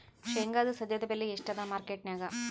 ಶೇಂಗಾದು ಸದ್ಯದಬೆಲೆ ಎಷ್ಟಾದಾ ಮಾರಕೆಟನ್ಯಾಗ?